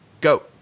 Go